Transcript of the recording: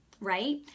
right